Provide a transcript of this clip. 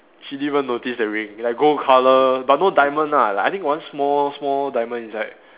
she didn't even notice the ring like gold colour but no diamond lah like I think got one small small diamond inside